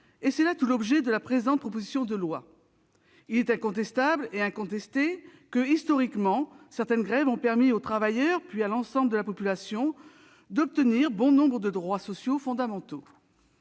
et c'est là tout l'objet de la présente proposition de loi. Il est incontestable et incontesté que, historiquement, certaines grèves ont permis aux travailleurs, puis à l'ensemble de la population, d'obtenir bon nombre de droits sociaux fondamentaux.